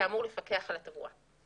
שאמור לפקח על התברואה,